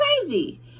crazy